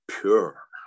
pure